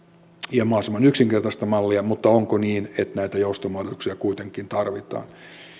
ja mahdollisimman yksinkertaista mallia mutta onko niin että näitä joustomahdollisuuksia kuitenkin tarvitaan